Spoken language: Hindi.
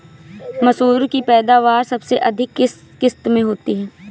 मसूर की पैदावार सबसे अधिक किस किश्त में होती है?